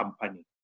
company